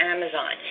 Amazon